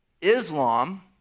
Islam